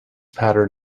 pattern